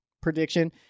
prediction